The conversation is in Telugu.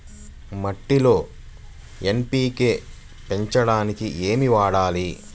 మట్టిలో ఎన్.పీ.కే పెంచడానికి ఏమి వాడాలి?